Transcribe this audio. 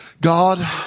God